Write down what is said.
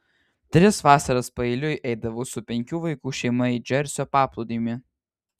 tris vasaras paeiliui eidavau su penkių vaikų šeima į džersio paplūdimį